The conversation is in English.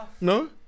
No